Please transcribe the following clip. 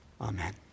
Amen